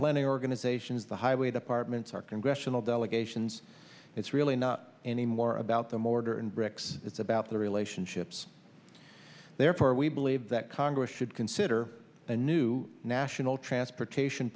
planning organizations the highway departments our congressional delegations it's really not anymore about the mortar and bricks it's about the relationships therefore we believe that congress should consider a new national transportation